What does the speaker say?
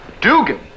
Dugan